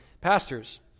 pastors